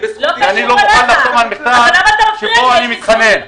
היא בזכות --- ואני לא מוכן לחתום על מסמך שבו אני מתחנן.